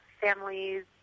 families